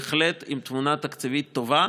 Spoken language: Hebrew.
בהחלט עם תמונה תקציבית טובה.